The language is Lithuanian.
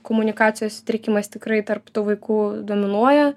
komunikacijos sutrikimas tikrai tarp tų vaikų dominuoja